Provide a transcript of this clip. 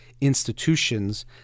institutions